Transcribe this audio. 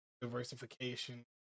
diversification